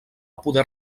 poder